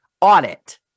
audit